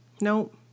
Nope